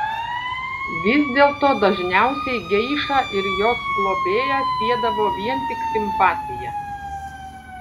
vis dėlto dažniausiai geišą ir jos globėją siedavo vien tik simpatija